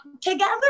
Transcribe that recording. together